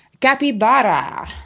Capybara